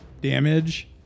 Damage